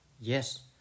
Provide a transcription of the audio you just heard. yes